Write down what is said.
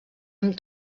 amb